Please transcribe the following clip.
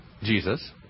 Jesus